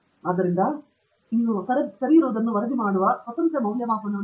ಆದ್ದರಿಂದ ನೀವು ಸರಿಯಿರುವುದನ್ನು ವರದಿ ಮಾಡುವ ಸ್ವತಂತ್ರ ಮೌಲ್ಯಮಾಪನವನ್ನು ಮಾಡಿ